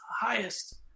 highest